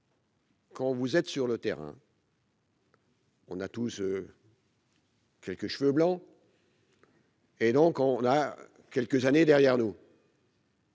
Quand vous êtes sur le terrain. On a tous. Quelques cheveux blancs. Et donc, on a quelques années derrière nous.